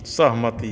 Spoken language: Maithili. सहमति